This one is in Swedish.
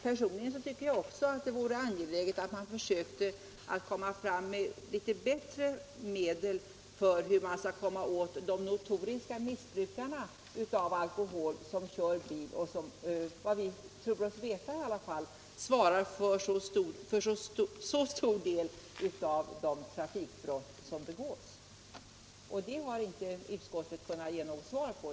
Personligen tycker jag också att det vore angeläget att man försökte skaffa fram litet bättre medel för att komma åt de notoriska missbrukare av alkohol som kör bil och som, enligt vad vi tror oss veta, svarar för en stor del av de trafikbrott som begås. Men hur det skall ske har utskottet inte kunnat säga.